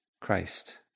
Christ